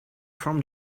from